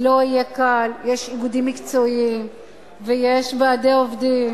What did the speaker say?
לא יהיה קל, יש איגודים מקצועיים ויש ועדי עובדים,